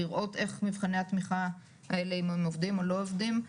לראות איך מבחני התמיכה האלה אם הם עובדים או לא עובדים.